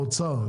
האוצר,